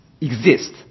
exist